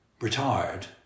retired